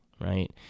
right